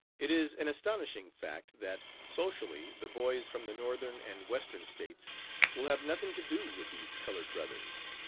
it is an astonishing fact that, socially, the boys from the northern and western states will have nothing to do with these colored brothers.